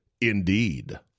Indeed